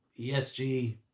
ESG